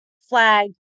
flag